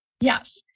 Yes